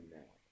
now